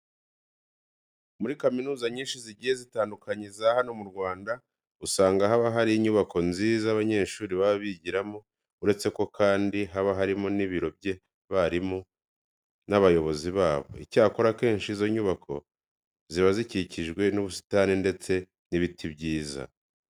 Muri kaminuza nyinshi zigiye zitandukanye za hano mu Rwanda usanga haba hari inyubako nziza abanyeshuri baba bigiramo, uretse ko kandi haba harimo n'ibiro by'abarimu n'abayobozi babo. Icyakora akenshi izo nyubako ziba zikikijwe n'ubusitani ndetse n'ibiti byiza.